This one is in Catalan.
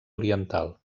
oriental